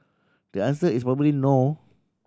the answer is probably no